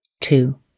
two